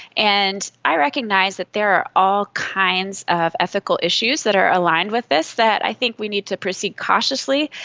and i recognise that there are all kinds of ethical issues that are aligned with this that i think we need to proceed cautiously.